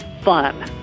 fun